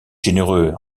généreux